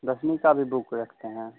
दसवीं का भी बुक रखते हैं